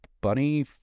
Bunny